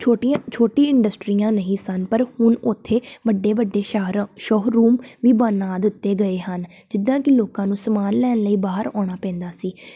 ਛੋਟੀਆਂ ਛੋਟੀ ਇੰਡਸਟਰੀਆਂ ਨਹੀ ਸਨ ਪਰ ਹੁਣ ਉੱਥੇ ਵੱਡੇ ਵੱਡੇ ਸ਼ਹਰ ਸ਼ੋਹਰੂਮ ਵੀ ਬਣਾ ਦਿੱਤੇ ਗਏ ਹਨ ਜਿੱਦਾਂ ਕਿ ਲੋਕਾਂ ਨੂੰ ਸਮਾਨ ਲੈਣ ਲਈ ਬਾਹਰ ਆਉਣਾ ਪੈਂਦਾ ਸੀ